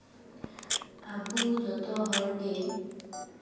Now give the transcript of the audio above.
ᱟᱹᱵᱩ ᱡᱚᱛᱚ ᱦᱚᱲᱜᱮ